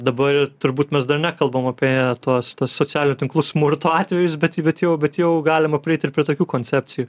dabar ir turbūt mes dar nekalbam apie tuos socialinių tinklų smurto atvejus bet į bet jau bet jau galima prieit ir prie tokių koncepcijų